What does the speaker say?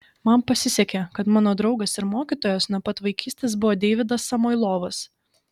man pasisekė kad mano draugas ir mokytojas nuo pat vaikystės buvo deividas samoilovas